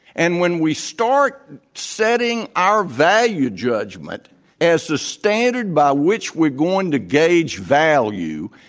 and when we start setting our value judgment as the standard by which we're going to gauge value,